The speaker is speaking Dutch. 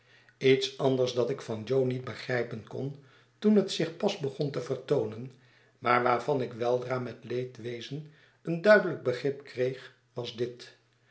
lets anders dat ik van jo niet begrijpen kon toen net zich pas begon te vertoonen maarwaarvan ik weldra met leedwezen een duidelijk begrip kreeg was dit